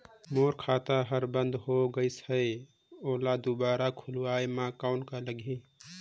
मोर खाता हर बंद हो गाईस है ओला दुबारा खोलवाय म कौन का लगही?